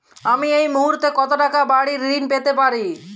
আমি এই মুহূর্তে কত টাকা বাড়ীর ঋণ পেতে পারি?